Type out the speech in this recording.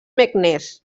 meknès